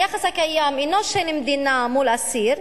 היחס הקיים אינו של מדינה מול אסיר,